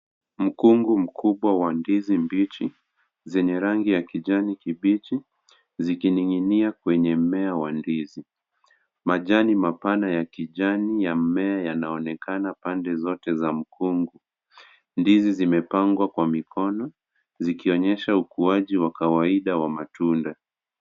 Mkungu mkubwa wa ndizi mbichi zenye rangi ya kijani kibichi zikining'inia kwenye mmea wa ndizi. Majani mapana ya kijani ya mmea yanaonekana pande zote za mkungu. Ndizi zimepangwa kwa mikono zikionyesha ukuaji wa kawaida wa matunda.